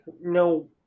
No